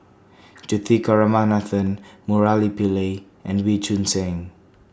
Juthika Ramanathan Murali Pillai and Wee Choon Seng